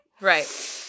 right